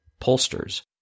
pollsters